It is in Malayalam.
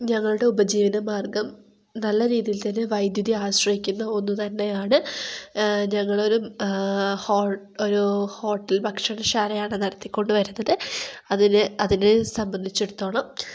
ഞങ്ങളുടെ ഉപജീവിത മാർഗ്ഗം നല്ല രീതിയിൽ തന്നെ വൈദ്യുതി ആശ്രയിക്കുന്ന ഒന്നുതന്നെയാണ് ഞങ്ങളൊരു ഒരു ഹോട്ടൽ ഭക്ഷണ ശാലയാണ് നടത്തിക്കൊണ്ടു വരുന്നത് അതിന് അതിനെ സംബന്ധിച്ചെടത്തോളം